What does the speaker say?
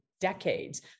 decades